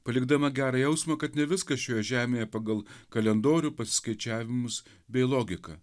palikdama gerą jausmą kad ne viskas šioje žemėje pagal kalendorių paskaičiavimus bei logiką